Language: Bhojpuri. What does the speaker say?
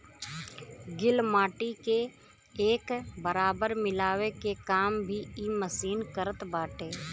गिल माटी के एक बराबर मिलावे के काम भी इ मशीन करत बाटे